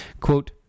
Quote